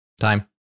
Time